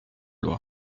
loi